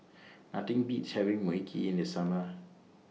Nothing Beats having Mui Kee in The Summer